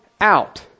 Out